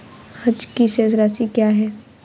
आज की शेष राशि क्या है?